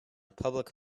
public